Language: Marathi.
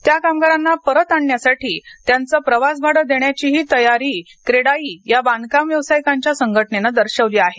त्या कामगारांना परत आणण्यासाठी त्यांचं प्रवास भाडं देण्याची तयारीही क्रेडाई या बांधकाम व्यावसायिकांच्या संघटनेनं दर्शवली आहे